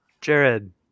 Jared